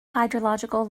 hydrological